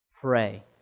Pray